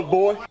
boy